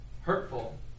hurtful